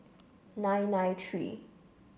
nine nine three